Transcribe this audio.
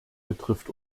betrifft